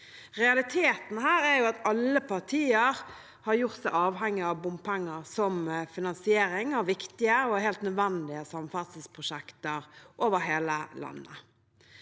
Realiteten her er at alle partier har gjort seg avhengig av bompenger som finansiering av viktige og helt nødvendige samferdselsprosjekter over hele landet.